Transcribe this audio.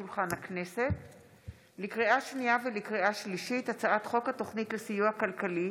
מסמכים שהונחו על שולחן הכנסת 5 מזכירת הכנסת ירדנה מלר-הורוביץ: